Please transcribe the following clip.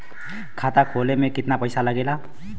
खाता खोले में कितना पईसा लगेला?